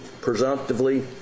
presumptively